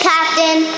Captain